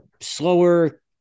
slower